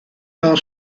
non